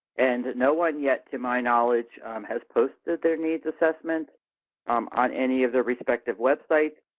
and no one yet to my knowledge has posted their needs assessment um on any of the respective websites.